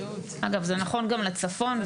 אגב, זה נכון גם לצפון.